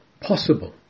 possible